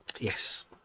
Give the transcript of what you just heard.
yes